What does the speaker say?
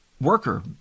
worker